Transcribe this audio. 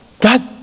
God